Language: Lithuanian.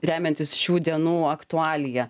remiantis šių dienų aktualija